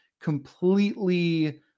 completely